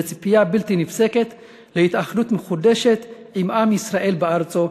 בציפייה בלתי נפסקת להתאחדות מחודשת עם עם ישראל בארצו.